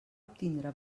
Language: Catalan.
obtindre